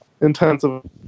intensive